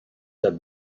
said